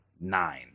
Nine